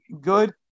good